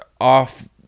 off